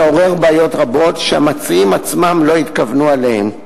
מעורר בעיות רבות שהמציעים עצמם לא התכוונו אליהן.